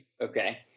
Okay